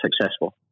successful